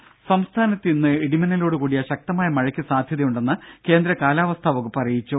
രുര സംസ്ഥാനത്ത് ഇന്ന് ഇടിമിന്നലോടുകൂടിയ ശക്തമായ മഴയ്ക്ക് സാധ്യതയുണ്ടെന്ന് കേന്ദ്രകാലാവസ്ഥാ വകുപ്പ് അറിയിച്ചു